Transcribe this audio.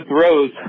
throws